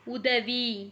உதவி